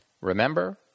Remember